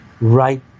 right